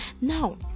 now